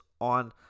on